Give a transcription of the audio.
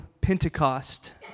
Pentecost